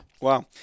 Wow